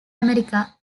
america